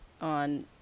on